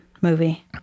movie